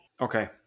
Okay